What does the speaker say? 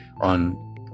on